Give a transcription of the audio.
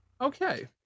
Okay